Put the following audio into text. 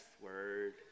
word